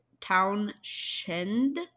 Townshend